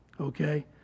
Okay